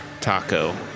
taco